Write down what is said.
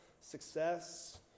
success